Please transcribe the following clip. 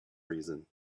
reason